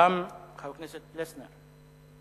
גם חבר הכנסת פלסנר.